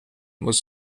was